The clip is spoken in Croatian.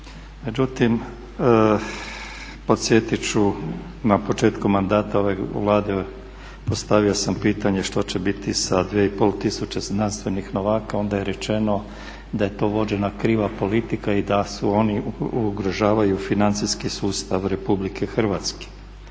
Međutim, podsjetiti ću na početku mandata ove Vlade postavio sam pitanje što će biti sa 2,5 tisuće znanstvenih novaka i onda je rečeno da je to vođena kriva politika i da oni ugrožavaju financijski sustav RH.